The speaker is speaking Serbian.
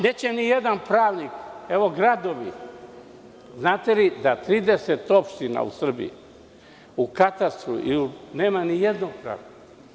Neće nijedan pravnik, evo gradovi, znate li da 30 opština u Srbiji u katastru nema nijednog pravnika?